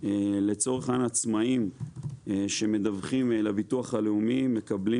לצורך העניין עצמאים שמדווחים לביטוח הלאומי מקבלים